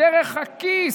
דרך הכיס,